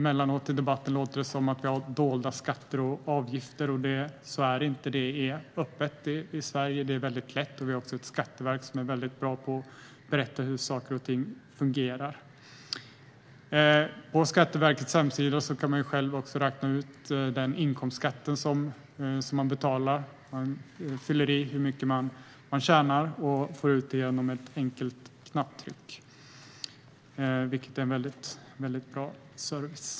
I debatten låter det emellanåt som om vi har dolda skatter och avgifter. Så är det inte. Det är öppet i Sverige, och vi har också ett skatteverk som är bra på att berätta hur saker och ting fungerar. På Skatteverkets hemsida kan man själv räkna ut den inkomstskatt som man betalar. Man fyller i hur mycket man tjänar och får fram resultatet genom ett enkelt knapptryck, vilket är en väldigt bra service.